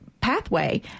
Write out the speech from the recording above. pathway